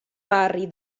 barri